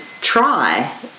try